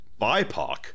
BIPOC